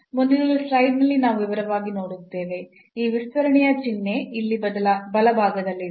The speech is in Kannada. ಮುಂದಿನ ಸ್ಲೈಡ್ನಲ್ಲಿ ನಾವು ವಿವರವಾಗಿ ನೋಡುತ್ತೇವೆ ಈ ವಿಸ್ತರಣೆಯ ಚಿಹ್ನೆ ಇಲ್ಲಿ ಬಲಭಾಗದಲ್ಲಿದೆ